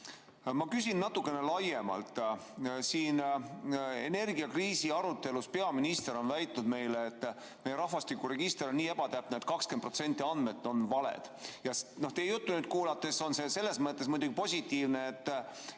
Ma küsin natuke laiemalt. Siin energiakriisi arutelus on peaminister väitnud meile, et meie rahvastikuregister on nii ebatäpne, et 20% andmetest on valed. Teie juttu kuulates saan aru, et selles mõttes on see positiivne.